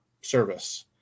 service